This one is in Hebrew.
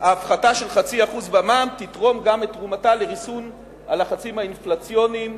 ההפחתה של 0.5% במע"מ תתרום גם את תרומתה לריסון הלחצים האינפלציוניים